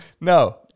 no